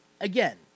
again